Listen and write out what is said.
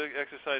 exercise